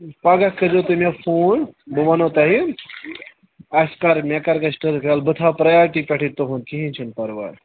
پَگاہ کٔرۍزیٚو تُہۍ مےٚ فون بہٕ ونہو تۅہہِ اَسہِ کَر مےٚ کَر گَژھِ ٹٔرٕف یَلہِٕ بہٕ تھاو پِریارٹی پٮ۪ٹھٕے تُہُنٛد کِہیٖنٛۍ چھُنہٕ پَراوے